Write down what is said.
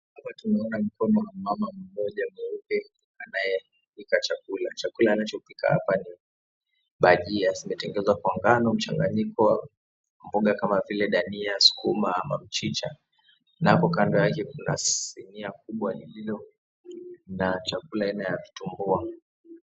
Hapa tunaona mkono wa mama mmoja mweupe anayepika chakula. Chakula anachopika hapa ni bajia zimetengenezwa kwa ngano, mchanganyiko wa mboga kama vile dania, sukuma ama mchicha na hapo kando yake kuna sinia kubwa lililo na chakula aina ya vitumbua.